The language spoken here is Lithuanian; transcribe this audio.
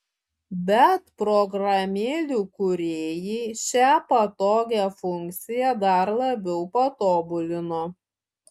bet programėlių kūrėjai šią patogią funkciją dar labiau patobulino